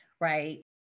right